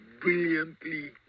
brilliantly